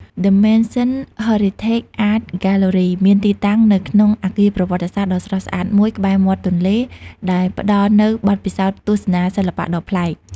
ដឹ មេនសិន ហឺរីថេក អាត ហ្គាទ្បឺរី មានទីតាំងនៅក្នុងអគារប្រវត្តិសាស្ត្រដ៏ស្រស់ស្អាតមួយក្បែរមាត់ទន្លេ ដែលផ្តល់នូវបទពិសោធន៍ទស្សនាសិល្បៈដ៏ប្លែក។